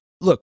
look